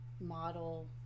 model